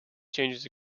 changes